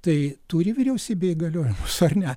tai turi vyriausybė įgaliojimus ar ne